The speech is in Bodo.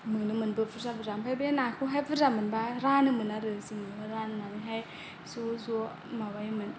मोनोमोनबो बुरजा बुरजा ओमफ्राय बे नाखौहाय बुरजा मोनबा रानोमोन आरो जोङो रान्नानैहाय ज' ज' माबायोमोन